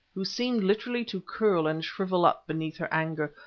who seemed literally to curl and shrivel up beneath her anger.